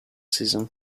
season